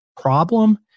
problem